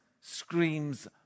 screams